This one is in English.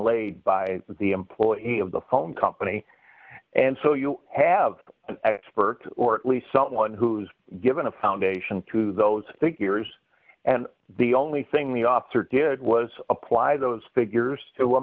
laid by the employee of the phone company and so you have experts or at least someone who's given a foundation to those figures and the only thing the officer did was apply those figures to a